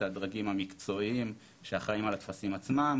הדרגים המקצועיים שאחראים על הטפסים עצמם,